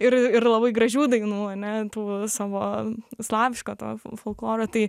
ir ir labai gražių dainų ane tų savo slaviško to folkloro tai